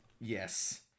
Yes